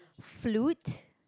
flute